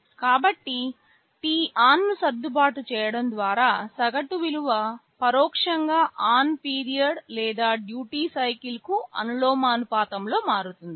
కాబట్టి t on ను సర్దుబాటు చేయడం ద్వారా సగటు విలువ పరోక్షంగా ఆన్ పీరియడ్ లేదా డ్యూటీ సైకిల్కు అనులోమానుపాతంలో మారుతుంది